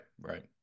right